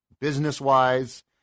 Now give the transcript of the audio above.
business-wise